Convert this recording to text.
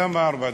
למה ארבע דקות?